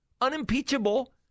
unimpeachable